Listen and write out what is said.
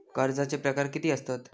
कर्जाचे प्रकार कीती असतत?